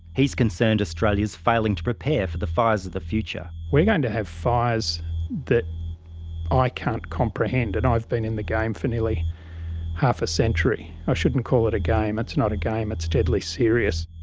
he's concerned australia's failing to prepare for the fires of the future. we're going to have fires that i can't comprehend. and i've been in the game for nearly half a century. i shouldn't call it a game. it's not a game. it's deadly serious.